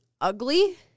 ugly